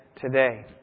today